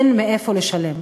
אין מאיפה לשלם.